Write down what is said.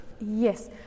Yes